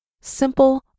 simple